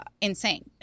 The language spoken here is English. insane